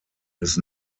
his